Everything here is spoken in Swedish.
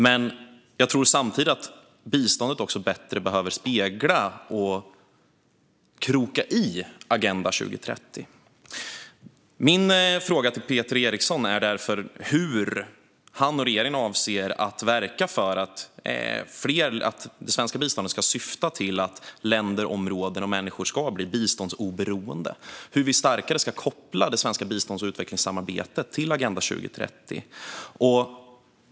Men jag tror samtidigt att biståndet bättre behöver spegla och kroka i Agenda 2030. Min fråga till Peter Eriksson är därför hur han och regeringen avser att verka för att det svenska biståndet ska syfta till att länder, områden och människor blir biståndsoberoende. Hur ska vi starkare koppla det svenska bistånds och utvecklingssamarbetet till Agenda 2030?